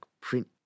print